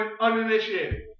uninitiated